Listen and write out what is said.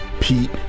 Pete